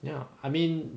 ya I mean